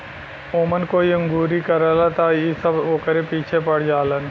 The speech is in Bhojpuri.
ओमन कोई अंगुरी करला त इ सब ओकरे पीछे पड़ जालन